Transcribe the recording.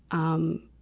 um,